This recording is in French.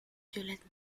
violette